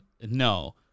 No